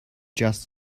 just